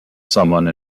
someone